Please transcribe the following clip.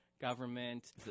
government